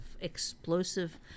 explosive